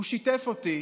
הוא שיתף אותי